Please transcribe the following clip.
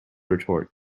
retort